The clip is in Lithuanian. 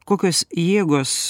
kokios jėgos